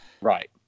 Right